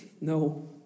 No